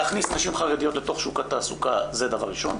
להכניס נשים חרדיות לתוך שוק התעסוקה זה דבר ראשון,